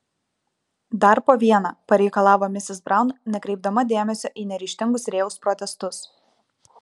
dar po vieną pareikalavo misis braun nekreipdama dėmesio į neryžtingus rėjaus protestus